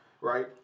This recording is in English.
right